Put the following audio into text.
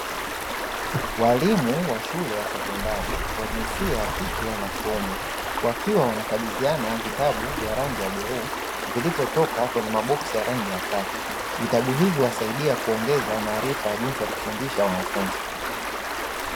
Walimu wa shule ya sekondari wajinsia ya kike na kiume, wakiwa wanakabidhiana vitabu vya rangi ya bluu, zilivyotoka kwenye maboksi ya rangi ya kaki, vitabu hivyo huwasaidia kuongeza maarifa jinsi ya kufundisha wanafunzi.